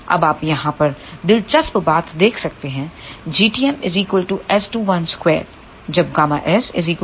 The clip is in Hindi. अब आप यहाँ पर दिलचस्प बात देख सकते हैं Gtm S212 जब Γs 0 और ΓL 0 है